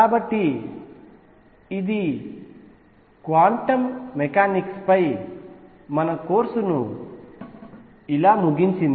కాబట్టి క్వాంటం మెకానిక్స్పై మన కోర్సును ఇంతటితో ముగించాము